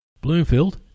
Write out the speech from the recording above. Bloomfield